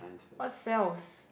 what cells